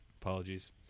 apologies